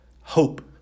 Hope